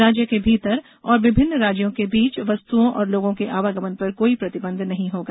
राज्य के भीतर और विभिन्न राज्यों के बीच वस्तुओं और लोगों के आवागमन पर कोई प्रतिबंध नहीं होगा